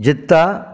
Jeddah